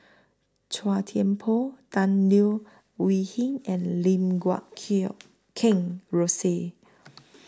Chua Thian Poh Tan Leo Wee Hin and Lim Guat Kill Kheng Rosie